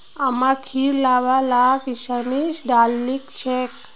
अम्मा खिरत लंबा ला किशमिश डालिल छेक